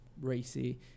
racy